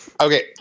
okay